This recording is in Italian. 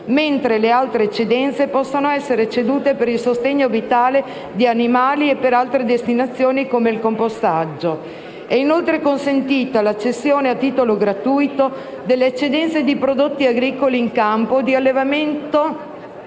mentre le altre eccedenze possono essere cedute per il sostegno vitale di animali e per altre destinazioni, come il compostaggio. È inoltre consentita la cessione a titolo gratuito delle eccedenze di prodotti agricoli in campo o di allevamento